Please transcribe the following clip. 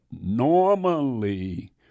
normally